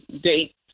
date